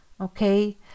Okay